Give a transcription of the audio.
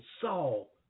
Saul